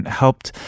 helped